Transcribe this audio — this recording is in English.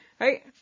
right